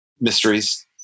mysteries